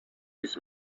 his